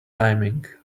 timing